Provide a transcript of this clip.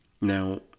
Now